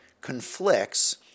conflicts